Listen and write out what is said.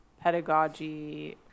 pedagogy